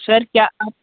sir क्या आप